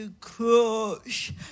crush